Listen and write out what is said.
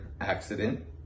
accident